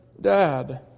dad